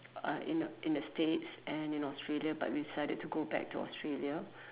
uh in the in the states and in Australia but we decided to go back to Australia